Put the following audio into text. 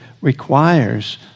requires